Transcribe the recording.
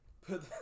Put